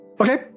Okay